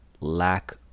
lack